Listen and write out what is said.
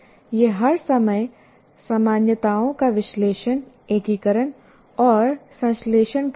यह हर समय सामान्यताओं का विश्लेषण एकीकरण और संश्लेषण करता है